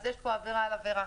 אז יש פה עבירה על עבירה.